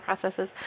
processes